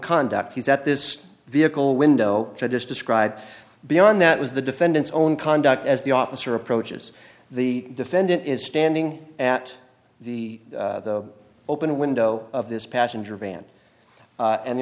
conduct he's at this vehicle window i just described beyond that was the defendant's own conduct as the officer approaches the defendant is standing at the open window of this passenger van and the